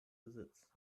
besitz